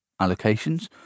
allocations